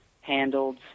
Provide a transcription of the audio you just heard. handled